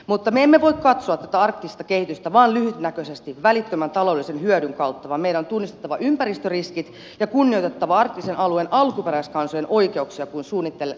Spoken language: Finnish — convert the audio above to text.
mutta me emme voi katsoa tätä arktista kehitystä vain lyhytnäköisesti välittömän taloudellisen hyödyn kautta vaan meidän on tunnistettava ympäristöriskit ja kunnioitettava arktisen alueen alkuperäiskansojen oikeuksia kun suunnittelemme tulevaa